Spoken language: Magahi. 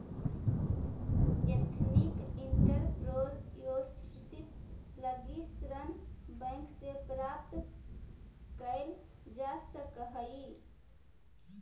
एथनिक एंटरप्रेन्योरशिप लगी ऋण बैंक से प्राप्त कैल जा सकऽ हई